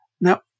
Now